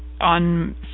on